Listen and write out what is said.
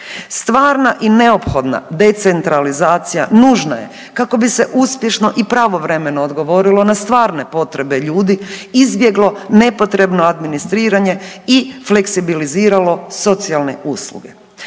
Stvarna i neophodna decentralizacija nužna je kako bi se uspješno i pravovremeno odgovorilo na stvarne potrebe ljudi, izbjeglo nepotrebno administriranje i fleksibiliziralo socijalne usluge.